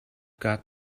got